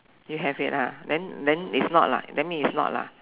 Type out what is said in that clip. you have it ah then then it's not lah then means it's not lah